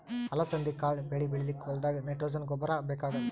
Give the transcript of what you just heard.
ಅಲಸಂದಿ ಕಾಳ್ ಬೆಳಿ ಬೆಳಿಲಿಕ್ಕ್ ಹೋಲ್ದಾಗ್ ನೈಟ್ರೋಜೆನ್ ಗೊಬ್ಬರ್ ಬೇಕಾಗಲ್